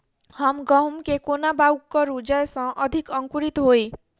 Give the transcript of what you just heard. हम गहूम केँ कोना कऽ बाउग करू जयस अधिक अंकुरित होइ?